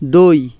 দই